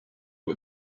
but